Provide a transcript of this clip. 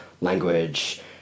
language